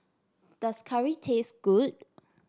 does curry taste good